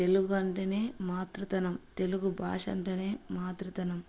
తెలుగు అంటేనే మాతృతనం తెలుగు భాష అంటేనే మాతృతనం